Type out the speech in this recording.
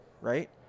right